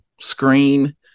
screen